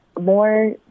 more